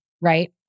right